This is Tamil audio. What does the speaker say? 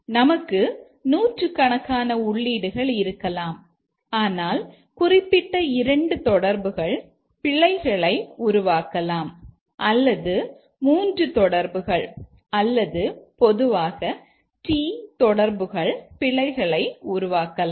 நமக்கு நூற்றுக்கணக்கான உள்ளீடுகள் இருக்கலாம் ஆனால் குறிப்பிட்ட இரண்டு தொடர்புகள் பிழைகளை உருவாக்கலாம் அல்லது 3 தொடர்புகள் அல்லது பொதுவாக t தொடர்புகள் பிழைகளை உருவாக்கலாம்